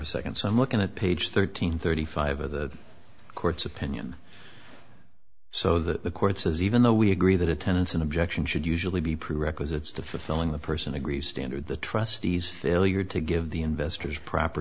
a second so i'm looking at page thirteen thirty five of the court's opinion so that the court says even though we agree that attendance an objection should usually be prerequisites to fulfilling the person agrees standard the trustees failure to give the investors proper